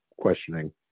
questioning